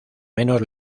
menos